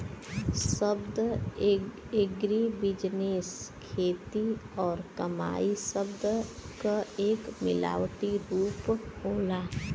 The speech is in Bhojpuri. शब्द एग्रीबिजनेस खेती और कमाई शब्द क एक मिलावटी रूप होला